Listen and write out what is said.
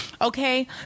Okay